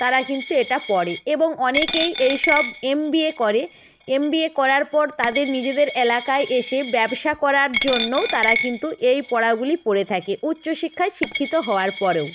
তারা কিন্তু এটা পড়ে এবং অনেকেই এই সব এম বি এ করে এম বি এ করার পর তাদের নিজেদের এলাকায় এসে ব্যবসা করার জন্যও তারা কিন্তু এই পড়াগুলি পড়ে থাকে উচ্চ শিক্ষায় শিক্ষিত হওয়ার পরেও